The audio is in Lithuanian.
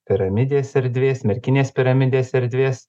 piramidės erdvės merkinės piramidės erdvės